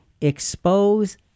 expose